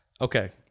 Okay